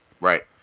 Right